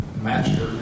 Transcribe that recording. master